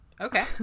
Okay